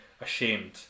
ashamed